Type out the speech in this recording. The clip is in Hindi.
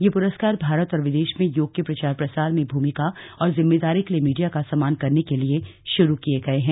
ये पुरस्कार भारत और विदेश में योग के प्रचार प्रसार में भूमिका और जिम्मेदारी के लिए मीडिया का सम्मान करने के लिए शुरू किये गये हैं